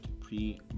pre